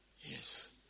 Yes